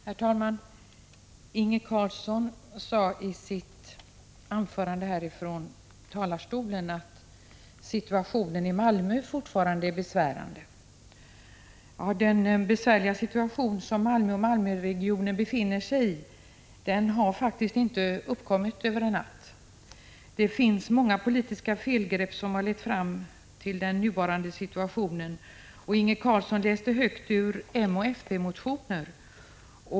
Herr talman! Inge Carlsson sade i sitt anförande härifrån talarstolen att situationen i Malmö fortfarande är besvärande. Den besvärliga situation som Malmö och Malmöregionen befinner sig i har faktiskt inte uppkommit över en natt. Det är många politiska felgrepp som har lett fram till den nuvarande situationen. Inge Carlsson läste högt ur moch fp-motioner.